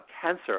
cancer